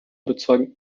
bezeugen